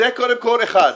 זה קודם כול, אחד.